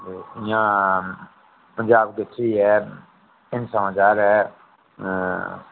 इ'यां पंजाब केसरी ऐ हिंद समाचार ऐ